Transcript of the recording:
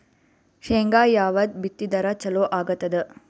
ಶೇಂಗಾ ಯಾವದ್ ಬಿತ್ತಿದರ ಚಲೋ ಆಗತದ?